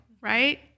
Right